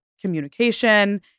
communication